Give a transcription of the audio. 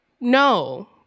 No